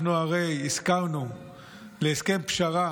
אנחנו הרי הסכמנו להסכם פשרה